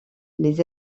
les